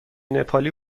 نپالی